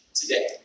today